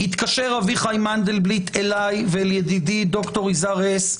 התקשר אביחי מנדלבליט אליי ואל ידידי ד"ר יזהר הס,